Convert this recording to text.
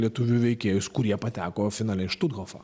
lietuvių veikėjus kurie pateko finale į štuthofą